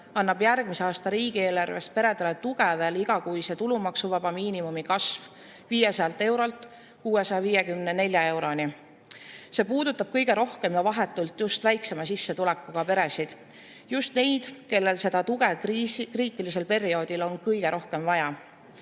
annab järgmise aasta riigieelarves peredele tuge veel igakuise tulumaksuvaba miinimumi kasv 500 eurolt 654 eurole. See puudutab kõige rohkem ja vahetult just väiksema sissetulekuga peresid, just neid, kellel seda tuge kriitilisel perioodil kõige rohkem vaja